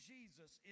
Jesus